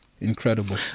Incredible